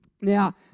Now